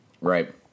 Right